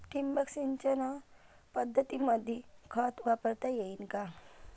ठिबक सिंचन पद्धतीमंदी खत वापरता येईन का?